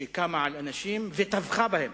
שקמה על אנשים וטבחה בהם.